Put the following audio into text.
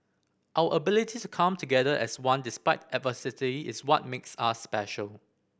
our ability to come together as one despite adversity is what makes us special